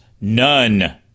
none